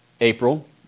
april